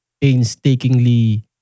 painstakingly